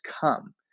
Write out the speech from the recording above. come